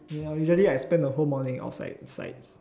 ya usually I spend the whole morning outside sites